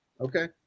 Okay